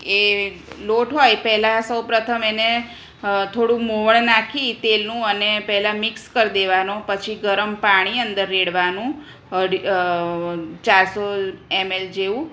એ લોટ હોય પહેલા સૌ પ્રથમ એને થોડું મોણ નાંખી તેલનું અને પહેલાં મીક્ષ કરી દેવાનો પછી ગરમ પાણી અંદર રેડવાનું ચારસો એમએલ જેવું